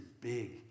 big